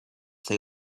they